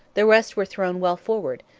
the rest were thrown well forward,